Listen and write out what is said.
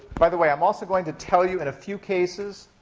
by the way, i'm also going to tell you, in a few cases,